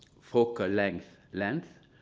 focal lengths lens.